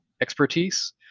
expertise